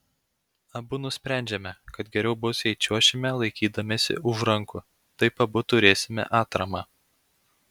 abu nusprendžiame kad geriau bus jei čiuošime laikydamiesi už rankų taip abu turėsime atramą